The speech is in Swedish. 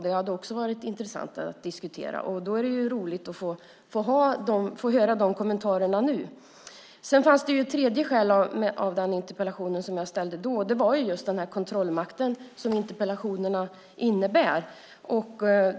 Det hade varit intressant att få diskutera detta, och det skulle vara roligt att få höra de kommentarerna nu. Det fanns också ett tredje skäl till den interpellation som jag framställde, och det gällde just den kontrollmakt som interpellationerna är en del av.